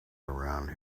around